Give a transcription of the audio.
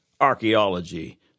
archaeology